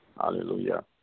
Hallelujah